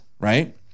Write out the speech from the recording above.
right